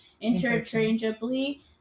interchangeably